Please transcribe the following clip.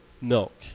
milk